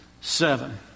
seven